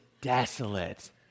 desolate